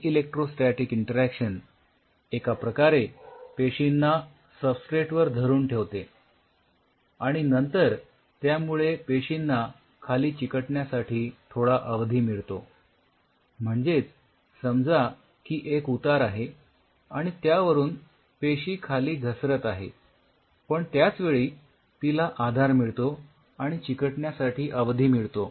ही electrostatic interaction एका प्रकारे पेशींना सबस्ट्रेट वर धरून ठेवते आणि नंतर त्यामुळे पेशींना खाली चिकटण्यासाठी थोडा अवधी मिळतो म्हणजेच समजा की एक उतार आहे आणि त्यावरून पेशी खाली घसरत आहे पण त्याचवेळी तिला आधार मिळतो आणि चिकटण्यासाठी अवधी मिळतो